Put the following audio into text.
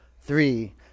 three